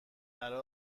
برا